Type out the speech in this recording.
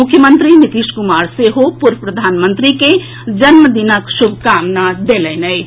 मुख्यमंत्री नीतीश कुमार सेहो पूर्व प्रधानमंत्री के जन्मदिनक शुभकामना देलनि अछि